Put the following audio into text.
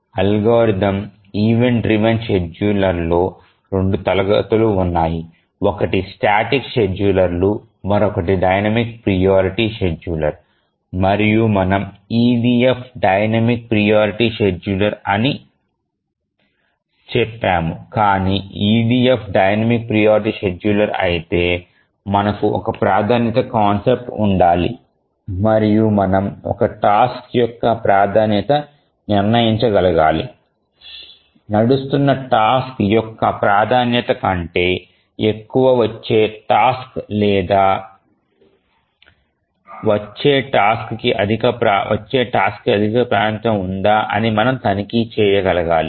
algorithm event driven షెడ్యూలర్లలో 2 తరగతులు ఉన్నాయి ఒకటి స్టాటిక్ షెడ్యూలర్లు మరొకటి డైనమిక్ ప్రియారిటీ షెడ్యూలర్లు మరియు మనము EDF డైనమిక్ ప్రియారిటీ షెడ్యూలర్ అని చెప్పాము కానీ EDF డైనమిక్ ప్రియారిటీ షెడ్యూలర్ అయితే మనకు ఒక ప్రాధాన్యత కాన్సెప్ట్ ఉండాలి మరియు మనము ఒక టాస్క్ యొక్క ప్రాధాన్యతను నిర్ణయించగలగాలి నడుస్తున్న టాస్క్ యొక్క ప్రాధాన్యత కంటే ఎక్కువ వచ్చే టాస్క్ లేదా వచ్చే టాస్క్ కి అధిక ప్రాధాన్యత ఉందా అని మనం తనిఖీ చేయగలగాలి